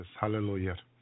Hallelujah